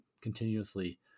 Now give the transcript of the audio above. continuously